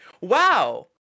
wow